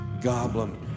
goblin